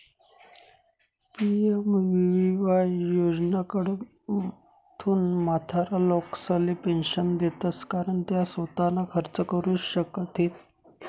PMVVY योजनाकडथून म्हातारा लोकेसले पेंशन देतंस कारण त्या सोताना खर्च करू शकथीन